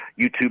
YouTube